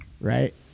Right